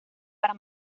para